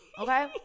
Okay